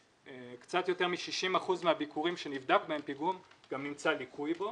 וקצת יותר מ-60% מהביקורים שנבדק בהם פיגום גם נמצא ליקוי בו.